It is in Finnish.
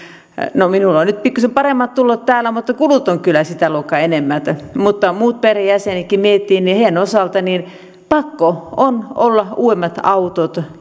no minulla on nyt pikkusen paremmat tulot täällä mutta kulut ovat kyllä sitä luokkaa enemmän mutta muidenkin perheenjäsenten osalta niin pakko on olla uudemmat autot